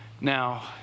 now